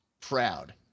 proud